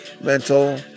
mental